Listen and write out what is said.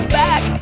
back